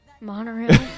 monorail